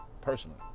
Personally